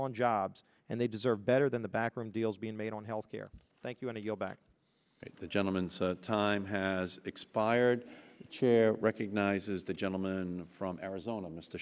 on jobs and they deserve better than the backroom deals being made on health care thank you want to go back the gentleman says time has expired chair recognizes the gentleman from arizona m